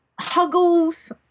huggles